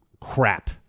Crap